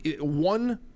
one